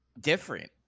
different